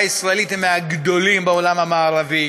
הישראלית הוא מהגדולים בעולם המערבי,